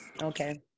Okay